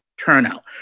Turnout